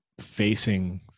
facing